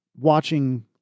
Watching